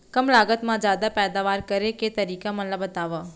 कम लागत मा जादा पैदावार करे के तरीका मन ला बतावव?